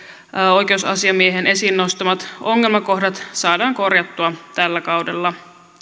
oikeusasiamiehen esiin nostamat ongelmakohdat saadaan korjattua tällä kaudella